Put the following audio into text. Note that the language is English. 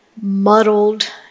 muddled